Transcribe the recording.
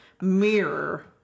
mirror